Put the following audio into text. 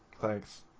Thanks